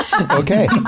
Okay